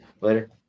later